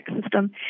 system